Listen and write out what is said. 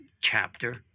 chapter